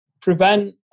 prevent